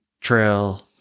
trail